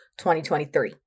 2023